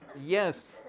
Yes